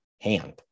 hand